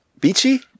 Beachy